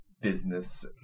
business